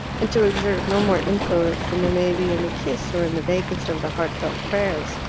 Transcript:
and to exert no more influence than there may be in a kiss or in the vaguest of the heartfelt prayers.